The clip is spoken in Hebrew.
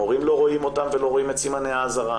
המורים לא רואים אותם ולא רואים את סימני האזהרה.